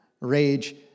rage